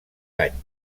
anys